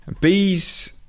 Bees